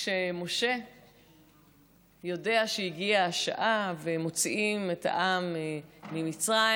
כשמשה יודע שהגיעה השעה ומוציאים את העם ממצרים,